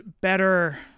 Better